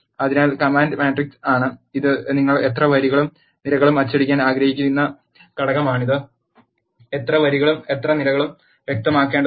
അതിനാൽ command matrix ആണ് ഇത് നിങ്ങൾ എത്ര വരികളിലും നിരകളിലും അച്ചടിക്കാൻ ആഗ്രഹിക്കുന്ന ഘടകമാണ് എത്ര വരികളും എത്ര നിരകളും വ്യക്തമാക്കേണ്ടതുണ്ട്